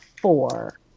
four